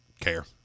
care